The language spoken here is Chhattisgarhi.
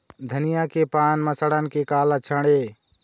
धनिया के पान म सड़न के का लक्षण ये?